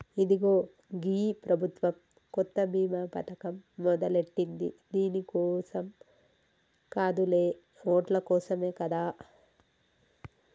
ఇదిగో గీ ప్రభుత్వం కొత్త బీమా పథకం మొదలెట్టింది దీని కోసం కాదులే ఓట్ల కోసమే కదా